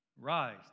Rise